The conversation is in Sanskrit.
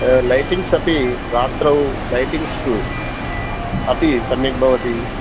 लैटिङ्ग्स् अपि रात्रौ लैटिङ्ग्स् अपि सम्यक् भवति